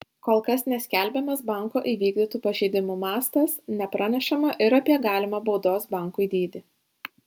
kol kas neskelbiamas banko įvykdytų pažeidimų mastas nepranešama ir apie galimą baudos bankui dydį